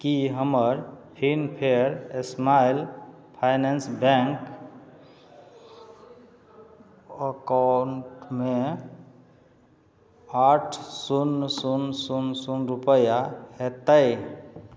की हमर Fincare small finance bank अकाउंटमे आठ शून्य शून्य शून्य शून्य रूपैआ होयतैक